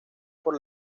por